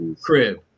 crib